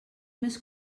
més